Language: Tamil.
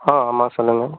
ஆ ஆமாம் சொல்லுங்கள்